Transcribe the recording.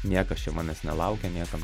niekas čia manęs nelaukia niekam